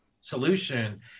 solution